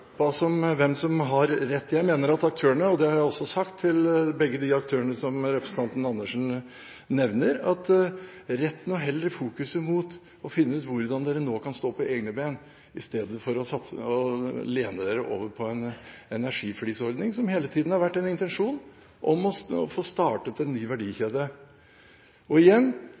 har jeg også sagt til begge de aktørene som representanten Andersen nevner – heller bør rette fokuset mot å finne ut hvordan man nå kan stå på egne bein istedenfor å lene seg på en energiflisordning, og det har hele tiden vært en intensjon å få startet en ny verdikjede. Og igjen: